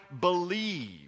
believe